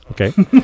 okay